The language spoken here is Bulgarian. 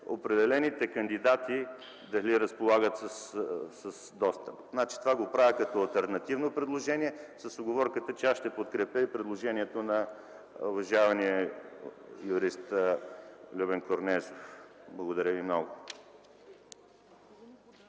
определените кандидати дали разполагат с достъп. Това го правя като алтернативно предложение с уговорката, че аз ще подкрепя и предложението на уважавания юрист господин Любен Корнезов. Благодаря ви много.